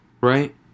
Right